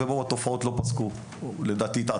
הספורט הוא חלק מהפילוסופיה ומהדרך חיים שבה אני גדלתי,